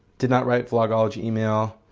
did not write vlogology email,